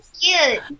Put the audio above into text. cute